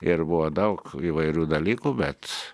ir buvo daug įvairių dalykų bet